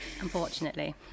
Unfortunately